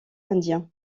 indien